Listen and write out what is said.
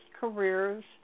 careers